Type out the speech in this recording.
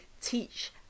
teach